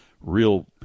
real